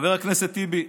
חבר הכנסת טיבי,